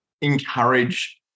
encourage